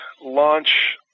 launch